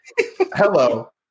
hello